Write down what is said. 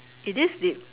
it is deep